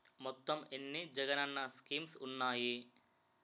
మొత్తం ఎన్ని జగనన్న స్కీమ్స్ ఉన్నాయి?